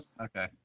Okay